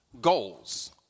goals